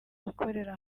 gukorera